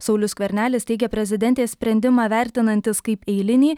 saulius skvernelis teigė prezidentės sprendimą vertinantis kaip eilinį